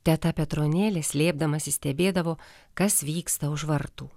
teta petronėlė slėpdamasi stebėdavo kas vyksta už vartų